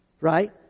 right